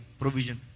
provision